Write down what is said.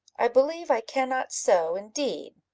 i believe i cannot sew, indeed.